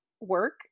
work